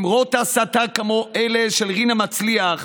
אמרות ההסתה כמו אלה של רינה מצליח,